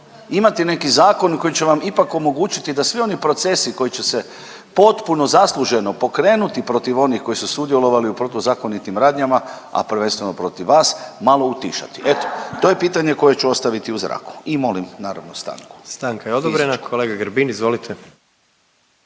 imati neki zakon koji će vam ipak omogućiti da svi oni procesi koji će se potpuno zasluženo pokrenuti protiv onih koji su sudjelovali u protuzakonitim radnjama, a prvenstveno protiv vas, malo utišati. Eto to je pitanje koje ću ostaviti u zraku i molim naravno stanku. **Jandroković, Gordan (HDZ)** Stanka je odobrena. Kolega Grbin izvolite.